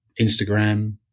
Instagram